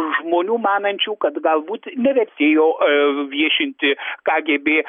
žmonių manančių kad galbūt nevertėjo viešinti kagėbė